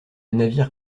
navire